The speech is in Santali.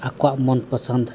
ᱟᱠᱚᱣᱟᱜ ᱢᱚᱱ ᱯᱚᱥᱚᱱᱫ